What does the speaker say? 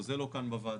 זה לא כאן בוועדה.